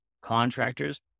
contractors